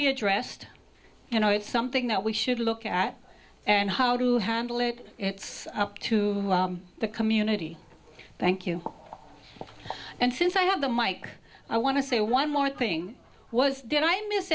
be addressed you know it's something that we should look at and how do you handle it it's up to the community thank you and since i have the mike i want to say one more thing was did i miss